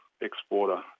exporter